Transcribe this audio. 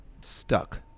stuck